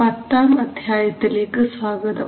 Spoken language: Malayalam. പത്താം അധ്യായത്തിലേക്ക് സ്വാഗതം